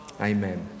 Amen